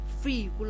free